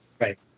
right